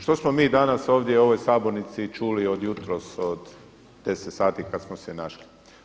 Što smo mi danas ovdje u ovoj sabornici čuli od jutros od deset sati kada smo se našli?